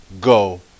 go